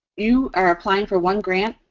you are applying for one grant.